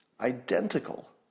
Identical